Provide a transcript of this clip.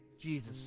Jesus